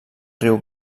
riu